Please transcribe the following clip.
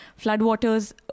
Floodwaters